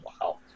Wow